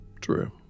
True